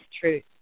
truth